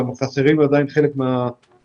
חסרים שם גם חלק מהסקטורים,